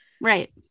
right